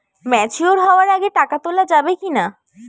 Mature হওয়ার আগে টাকা তোলা যাবে কিনা?